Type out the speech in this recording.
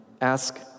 ask